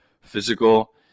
physical